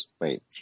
wait